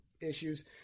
issues